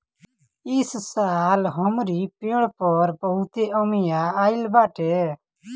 इस साल हमरी पेड़ पर बहुते अमिया आइल बाटे